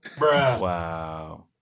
Wow